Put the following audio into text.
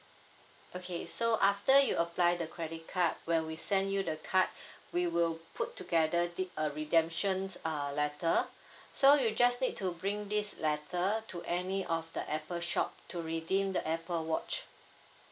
okay so after you apply the credit card when we send you the card we will put together the uh redemptions uh letter so you just need to bring this letter to any of the apple shop to redeem the apple watch